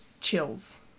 chills